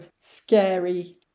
scary